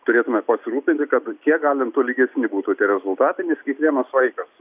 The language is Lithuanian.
turėtume pasirūpinti kad kiek galint tolygesni būtų tie rezultatai nes kiekvienas vaikas